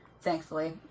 thankfully